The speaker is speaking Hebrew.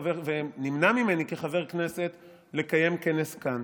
ונמנע ממני כחבר כנסת לקיים כנס כאן.